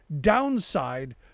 downside